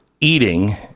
eating